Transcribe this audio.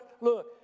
look